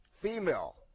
female